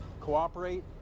cooperate